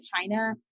China